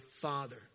father